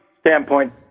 standpoint